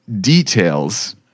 details